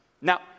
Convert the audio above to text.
Now